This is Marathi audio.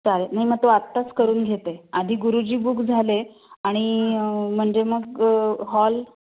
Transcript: चालेल नाही मग तू आत्ताच करून घे ते आधी गुरुजी बुक झाले आणि म्हणजे मग हॉल